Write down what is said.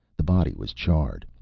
the body was charred,